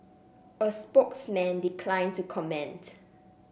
a spokesman declined to comment